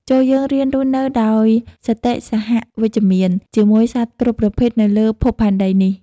ចូរយើងរៀនរស់នៅដោយសន្តិសហវិជ្ជមានជាមួយសត្វគ្រប់ប្រភេទនៅលើភពផែនដីនេះ។